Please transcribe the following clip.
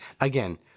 again